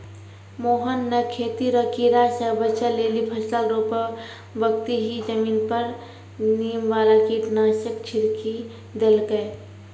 मोहन नॅ खेती रो कीड़ा स बचै लेली फसल रोपै बक्ती हीं जमीन पर नीम वाला कीटनाशक छिड़की देलकै